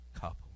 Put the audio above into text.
couple